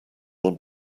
want